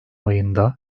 ayında